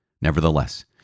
Nevertheless